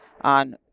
on